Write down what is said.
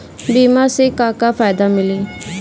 बीमा से का का फायदा मिली?